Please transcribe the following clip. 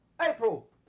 April